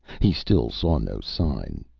he still saw no sign.